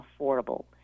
affordable